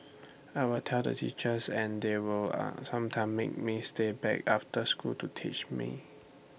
I'll tell the teachers and they will sometimes make me stay back after school to teach me